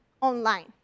online